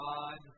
God